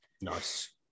Nice